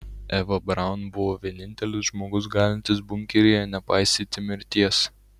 eva braun buvo vienintelis žmogus galintis bunkeryje nepaisyti mirties